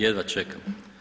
Jedva čekam.